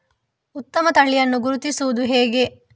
ಉತ್ತಮ ತಳಿಯನ್ನು ಗುರುತಿಸುವುದು ಹೇಗೆ?